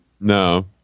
no